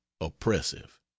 oppressive